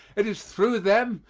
it is through them,